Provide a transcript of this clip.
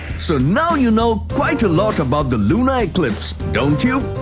so now you know quite a lot about the lunar eclipse, don't you?